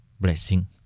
blessing